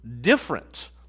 different